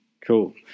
Cool